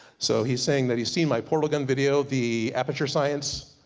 so he's saying that he's seen my portal gun video, the aperture science